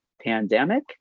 pandemic